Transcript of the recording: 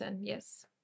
yes